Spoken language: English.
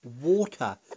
water